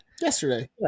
yesterday